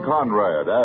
Conrad